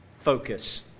focus